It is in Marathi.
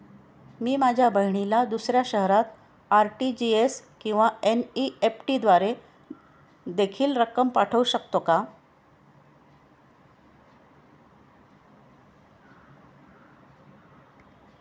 मी माझ्या बहिणीला दुसऱ्या शहरात आर.टी.जी.एस किंवा एन.इ.एफ.टी द्वारे देखील रक्कम पाठवू शकतो का?